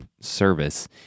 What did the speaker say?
service